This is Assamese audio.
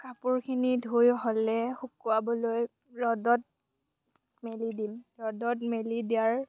কাপোৰখিনি ধুই হ'লে শুকোৱাবলৈ ৰ'দত মেলি দিম ৰ'দত মেলি দিয়াৰ